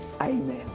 Amen